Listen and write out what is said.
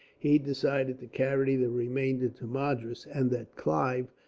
he decided to carry the remainder to madras and that clive,